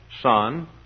son